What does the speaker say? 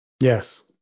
Yes